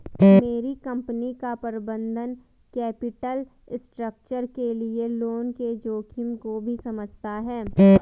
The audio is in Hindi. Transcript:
मेरी कंपनी का प्रबंधन कैपिटल स्ट्रक्चर के लिए लोन के जोखिम को भी समझता है